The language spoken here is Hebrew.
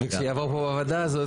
וכשיעבור בוועדה הזאת.